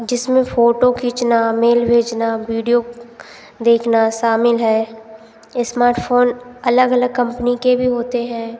जिसमें फ़ोटो खींचना मेल भेजना मेल भेजना वीडियो देखना शामिल है स्मार्टफ़ोन अलग अलग कम्पनी के भी होते हैं